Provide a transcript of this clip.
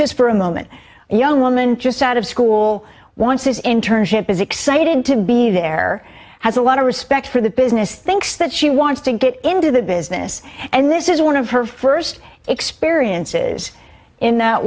just for a moment a young woman just out of school once is in turn ship is excited to be there has a lot of respect for the business thinks that she wants to get into the business and this is one of her first experiences in that